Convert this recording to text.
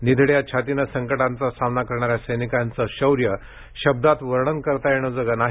निधड्या छातीनं संकटांचा सामना करणाऱ्या सैनिकांचं शौर्य शब्दात वर्णन करता येण्याजोगं नाही